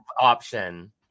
option